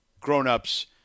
grown-ups